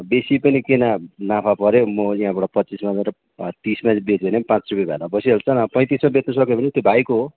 बेसी पनि किना नाफा पऱ्यो म पनि यहाँबाट पच्चिस लगेर तिसमा बेच्यो भनेपनि पाँच रुपियाँ भाडा बसिहाल्छ पैँतिसमा बेच्नु सक्यो भने त्यो भाइको